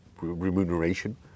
remuneration